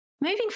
Moving